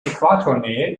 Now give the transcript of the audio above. äquatornähe